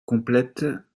complètent